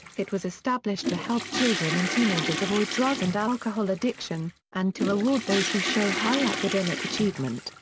it was established to help children and teenagers avoid drug and alcohol addiction, and to reward those who show high academic achievement.